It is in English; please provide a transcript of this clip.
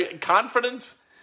confidence